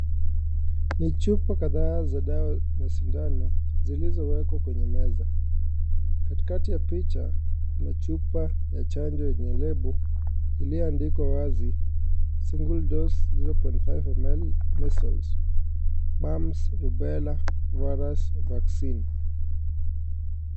Ni chupa kadhaa za sindano zilizowekwa kwenye meza. Katikati ya picha kuna chupa na chanjo yenye label iliyoandikwa wazi single dose 0.5ml, measles, mumps ,Rubella virus vaccine .